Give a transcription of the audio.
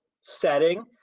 setting